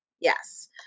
Yes